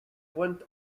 went